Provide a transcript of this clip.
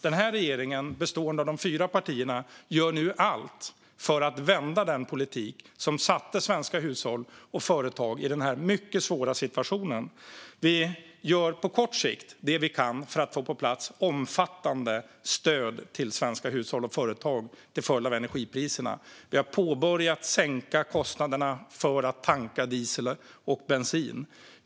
Den här regeringen, bestående av de fyra partierna, gör nu allt för att vända den politik som satte svenska hushåll och företag i denna mycket svåra situation. Vi gör på kort sikt det vi kan för att få på plats omfattande stöd till svenska hushåll och företag till följd av energipriserna. Vi har börjat sänka kostnaderna för att tanka diesel och bensin.